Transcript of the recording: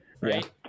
right